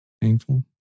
painful